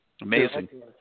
Amazing